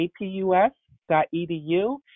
apus.edu